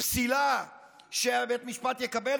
פסילה שבית המשפט יקבל,